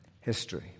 history